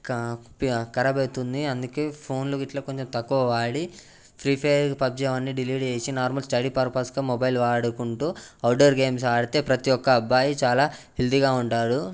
ఇంక ఖరాబ్ అవుతుంది అందుకే ఫోన్లు గిట్లా కొంచెం తక్కువ వాడి ఫ్రీ ఫైర్ పబ్జీ అవన్నీ డిలీట్ చేసి నార్మల్ స్టడీ పర్పస్కు మొబైల్ వాడుకుంటు అవుట్డోర్ గేమ్స్ ఆడితే ప్రతి ఒక్క అబ్బాయి చాలా హెల్తీగా ఉంటాడు